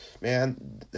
man